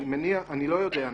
אני לא יודע,